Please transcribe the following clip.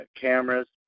cameras